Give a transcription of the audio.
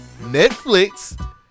Netflix